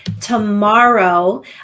tomorrow